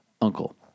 Uncle